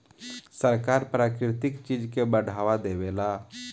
सरकार प्राकृतिक चीज के बढ़ावा देवेला